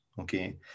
okay